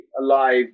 alive